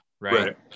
right